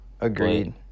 Agreed